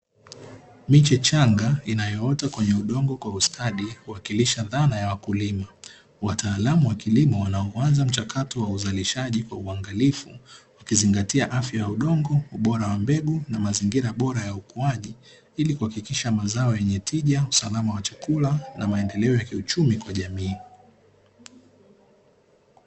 Miche changa inayoota kwenye udongo kwa ustadi ikionesha dhana ya wakulima, wataalamu wa kilimo wanaoanza mchakato wa uzalishaji kwa uangalifu wakizingatia afya ya udongo, ubora wa mbegu na mazingira bora ya ukuaji ili kuhakikisha mazaao yenye tija, usalama wa chakula na maendeleo ya kiuchumi kwa jamii.